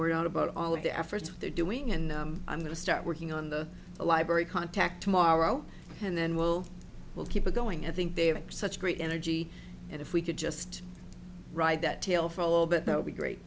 word out about all of the efforts they're doing and i'm going to start working on the library contact tomorrow and then we'll we'll keep it going i think they have such great energy and if we could just ride that tale for a little bit that would be great